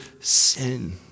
sin